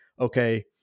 okay